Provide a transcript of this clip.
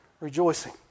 rejoicing